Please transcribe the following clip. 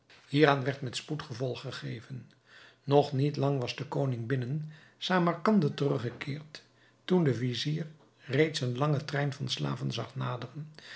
hieraan werd met spoed gevolg gegeven nog niet lang was de koning binnen samarcande teruggekeerd toen de vizier reeds een lange trein van slaven zag naderen